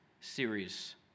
series